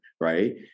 right